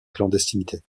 clandestinité